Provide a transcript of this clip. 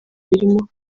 birimo